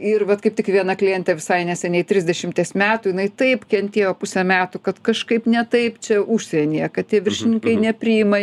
ir vat kaip tik viena klientė visai neseniai trisdešimties metų jinai taip kentėjo pusę metų kad kažkaip ne taip čia užsienyje kad tie viršininkai nepriima